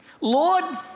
Lord